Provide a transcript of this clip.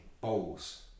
bowls